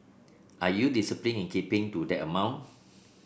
are you disciplined in keeping to that amount